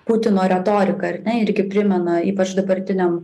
putino retorika ar ne irgi primena ypač dabartiniam